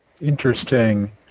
interesting